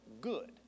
good